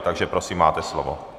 Takže prosím máte slovo.